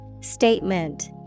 Statement